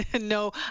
no